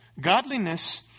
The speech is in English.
godliness